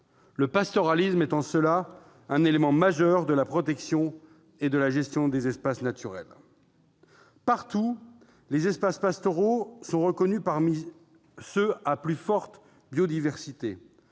Le pastoralisme est en cela un élément majeur de la protection et de la gestion des espaces naturels. Partout, les espaces pastoraux sont reconnus parmi ceux qui connaissent la biodiversité